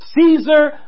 Caesar